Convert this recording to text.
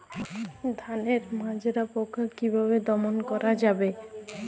ধানের মাজরা পোকা কি ভাবে দমন করা যাবে?